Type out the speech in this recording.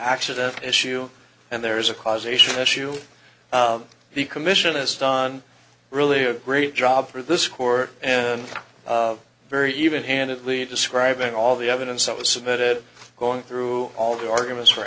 accident issue and there is a causation issue the commission has done really a great job through this court and very even handed lead describing all the evidence that was submitted going through all the arguments for